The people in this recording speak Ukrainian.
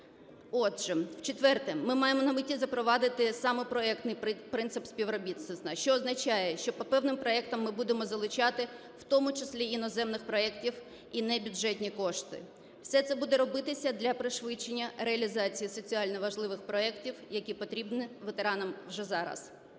Отже, по-четверте, ми маємо на меті запровадити саме проектний принцип співробітництва, що означає, що по певним проектам ми будемо залучати, в тому числі іноземних проектів, і не бюджетні кошти. Все це буде робитися для пришвидшення реалізації соціально важливих проектів, які потрібні ветеранам вже зараз.